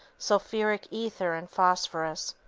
sulphuric ether and phosphorus,